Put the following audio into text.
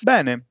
Bene